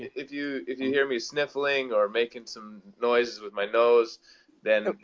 if you if you hear me sniffling or making some noises with my nose then,